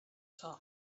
top